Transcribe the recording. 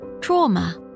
trauma